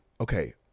Okay